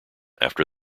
after